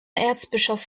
erzbischof